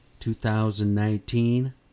2019